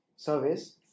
service